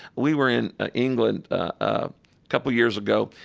we were in england a couple of years ago.